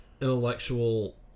intellectual